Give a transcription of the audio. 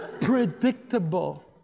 Predictable